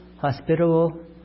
hospitable